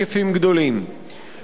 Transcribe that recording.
עמיתי חברי הכנסת,